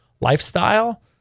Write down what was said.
lifestyle